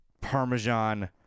Parmesan